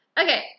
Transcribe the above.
Okay